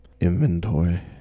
inventory